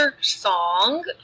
song